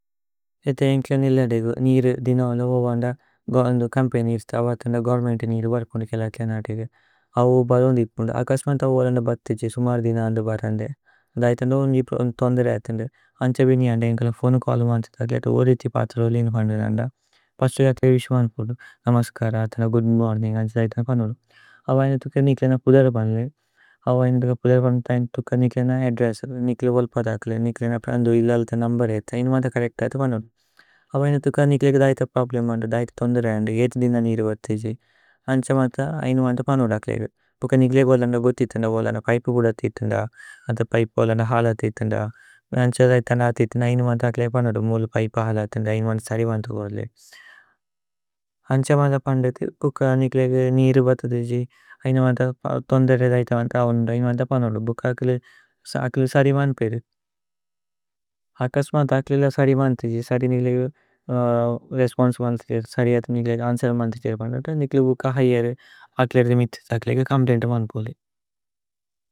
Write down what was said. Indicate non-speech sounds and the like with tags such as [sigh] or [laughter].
ഇഥേ ഏന്കില നിലദേഗു, നിഗിരു ദിന ഓല ഓവന്ദ। കമ്പേഇനി ഇര്തി അവ അഥന്ദ ഗോവേര്ന്മേന്തു നിഗിരു। വര്പുന്ദു കേല്ലകില നദേഗു അവ ഓ ബരോന്ദി ഇപ്പുന്ദു। അകസ്മത് അവോലന്ദ ബഥ് തിജു സുമര ദിന അന്ദു। ബരന്ദേ അധൈഥന്ദ ഓന്ജി തോന്ദരേ അഥന്ദു അന്ഛ। ബിനി അന്ദേ ഏന്കില ഫോനേഉ ചല്ലു മാന്സി തക്ലേതു। ഓരിഥി പാഥരോലി ഇനോപന്ദു നന്ദ പസ്തു ജക്ല। വിശു മന്പുദു നമസ്കര അഥന്ദ ഗൂദ് മോര്നിന്ഗ്। അന്ഛ ദൈഥന്ദ പനുദു അവ ഐന തുക്ക നികില। ന കുദര പനുലേ അവ ഐന തുക്ക നികില ന। അദ്ദ്രേസ്സു നികില വോല്പ തക്ല നികില ഇലലത। നുമ്ബേര് ഏത്ത ഐന മാന്ത കരക്ത അഥ പനുലേ। അവ ഐന തുക്ക നികില ദൈഥ പ്രോബ്ലേമു അന്ദു। ദൈഥ തോന്ദരേ അഥ അന്ദു ഏത ദിന നിരു ബഥി। തിജു അന്ഛ മാന്ത ഐന മാന്ത പനുദു തക്ല। തുക്ക നികില ഗോലന്ദ ഗുതിതിന്ദ ഓലന്ദ പൈപു। ഗുദതിതിന്ദ അഥ പൈപു ഓലന്ദ ഹലതിതിന്ദ। അന്ഛ ദൈഥന്ദ അഥിതിന്ദ। ഐന മാന്ത തക്ല। പനുദു മുലു പൈപു ഹലതിതിന്ദ ഐന മന്ത। സരിബന്ദു കോരോലേ അന്ഛ മാന്ത പന്ദുദു തുക്ക। നികില നിരു ബഥി തിജു ഐന മാന്ത തോന്ദരേ। ദൈഥ അന്ദു ഐന മാന്ത പനുദു തുക്ക തക്ല। സരിബന്ദു പേരു അകസ് മാന്ത തക്ല സരിബന്ദു തിജു। സരി നികില രേസ്പോന്സേ മാന്ത തിജു। [hesitation] സരി അഥ നികില അന്സ്വേര് മാന്ത തിജു നികില തുക്ക। ഹിയ അരു തക്ല മിതിത തക്ല കോമ്പ്ലേന്ത മാന്ത പോലു।